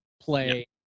play